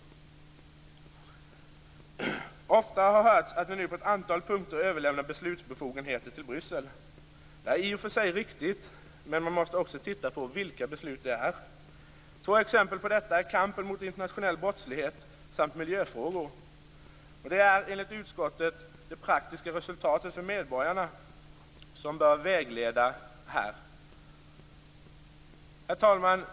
Ofta har hörts att vi nu på ett antal punkter överlämnar beslutsbefogenheter till Bryssel. Det är i och för sig riktigt, men man måste också titta på vilka beslut det är. Två exempel på detta är kampen mot internationell brottslighet och miljöfrågor. Det är enligt utskottet det praktiska resultatet för medborgarna som bör vägleda i det här sammanhanget. Herr talman!